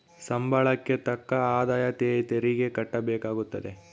ಸಂಬಳಕ್ಕೆ ತಕ್ಕ ಆದಾಯ ತೆರಿಗೆ ಕಟ್ಟಬೇಕಾಗುತ್ತದೆ